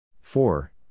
four